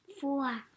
Four